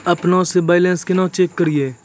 अपनों से बैलेंस केना चेक करियै?